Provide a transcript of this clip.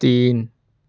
تین